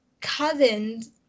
cousins